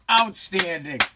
outstanding